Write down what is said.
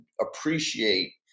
appreciate